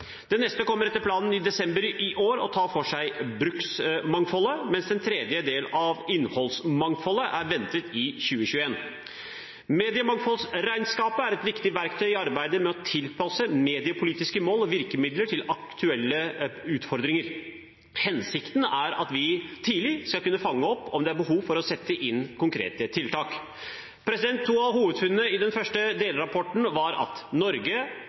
Den neste kommer etter planen i desember i år og tar for seg bruksmangfoldet, mens den tredje delen av innholdsmangfoldet er ventet i 2021. Mediemangfoldsregnskapet er et viktig verktøy i arbeidet med å tilpasse mediepolitiske mål og virkemidler til aktuelle utfordringer. Hensikten er at vi tidlig skal kunne fange opp om det er behov for å sette inn konkrete tiltak. To av hovedfunnene i den første delrapporten var at Norge